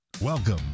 Welcome